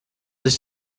sich